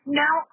now